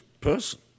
person